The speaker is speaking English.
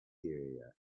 inferior